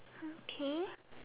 okay